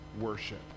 worship